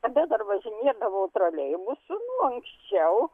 tada dar važinėdavau troleibusu nu anksčiau